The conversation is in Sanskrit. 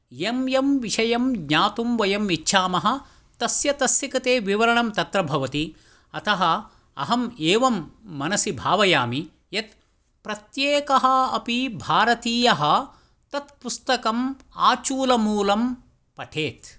यं यं विषयं वयं ज्ञातुमिच्छामः तस्य तस्य किते विवरणं तत्र भवति अतः अहं मनसि एवं भावयामि यत् प्रत्येकः अपि भारतीयः तत्पुस्तकम् आचूलमूलं पठेत्